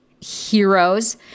heroes